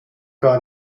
gar